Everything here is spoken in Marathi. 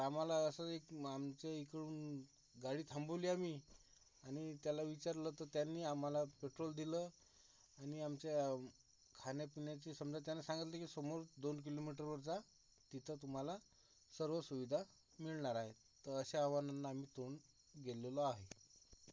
तर आम्हाला असं आहे की आमच्याइकडून गाडी थांबवली आम्ही आणि त्याला विचारलं तर त्यांनी आम्हाला पेट्रोल दिलं आणि आमच्या खाण्यापिण्याचे समजा त्यानं सांगतलं की समोर दोन किलोमीटरवर जा तिथं तुम्हाला सर्व सुविधा मिळणार आहेत तर अशा आव्हानांना आम्ही तोंड गेलेलो आहे